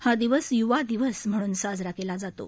हा दिवस युवादिवस म्हणून साजरा केला जातो